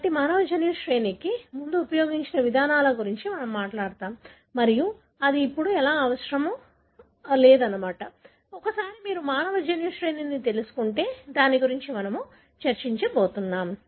కాబట్టి మానవ జన్యు శ్రేణికి ముందు ఉపయోగించిన విధానాల గురించి మనం మాట్లాడుతాము మరియు అది ఇప్పుడు ఎలా అవసరం లేదు ఒకసారి మీరు మానవ జన్యు శ్రేణిని తెలుసుకుంటే దాని గురించి మనం చర్చించబోతున్నాం